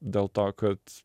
dėl to kad